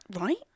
Right